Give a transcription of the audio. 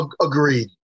Agreed